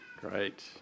Great